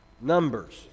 Numbers